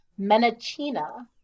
Menachina